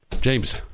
James